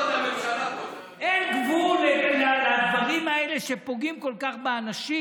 אין גבול לדברים האלה שפוגעים כל כך באנשים.